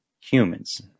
humans